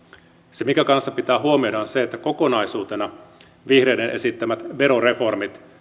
se mikä kanssa pitää huomioida on se että kokonaisuutena vihreiden esittämät veroreformit